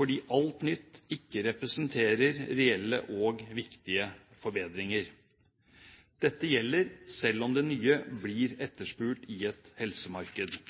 fordi alt nytt ikke representerer reelle og viktige forbedringer. Dette gjelder selv om det nye blir etterspurt i et helsemarked.